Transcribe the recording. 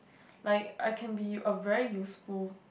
like I can a very useful